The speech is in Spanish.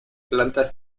plantas